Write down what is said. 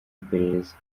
iperereza